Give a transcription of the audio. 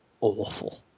awful